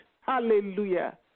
Hallelujah